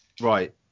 Right